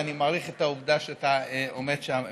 ואני מעריך את העובדה שאתה עומד שם ומקשיב.